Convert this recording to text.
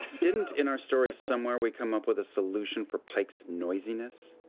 didn't, in our story somewhere, we come up with a solution for pike's noisiness?